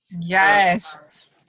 yes